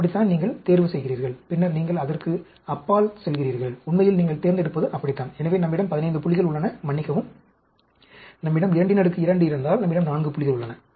அப்படித்தான் நீங்கள் தேர்வு செய்கிறீர்கள் பின்னர் நீங்கள் அதற்கு அப்பால் செல்கிறீர்கள் உண்மையில் நீங்கள் தேர்ந்தெடுப்பது அப்படித்தான் எனவே நம்மிடம் 15 புள்ளிகள் உள்ளன மன்னிக்கவும் நம்மிடம் 22 இருந்தால் நம்மிடம் 4 புள்ளிகள் உள்ளன